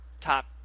top –